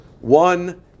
One